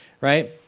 right